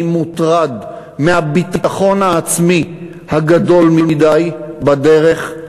אני מוטרד מהביטחון העצמי הגדול מדי בדרך,